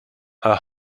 her